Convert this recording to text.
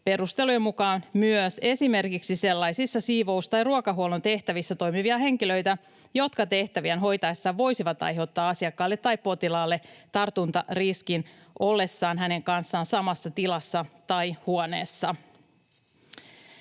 perustelujen mukaan myös esimerkiksi sellaisissa siivous‑ tai ruokahuollon tehtävissä toimivia henkilöitä, jotka tehtäviään hoitaessaan voisivat aiheuttaa asiakkaalle tai potilaalle tartuntariskin ollessaan hänen kanssaan samassa tilassa tai huoneessa.